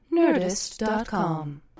nerdist.com